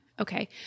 Okay